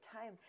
time